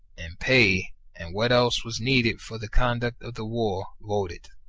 and pay and what else was needed for the conduct of the war voted.